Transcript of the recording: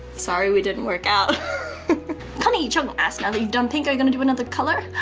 sorry we didn't work out connie chung ask, now that you've done pink, are you gonna do another color?